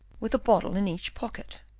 with a bottle in each pocket.